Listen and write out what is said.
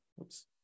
Oops